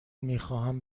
میخواهم